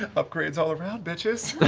upgrades all around, bitches.